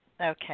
Okay